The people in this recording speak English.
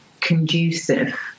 conducive